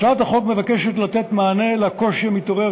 הצעת החוק מבקשת לתת מענה לקושי המתעורר